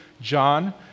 John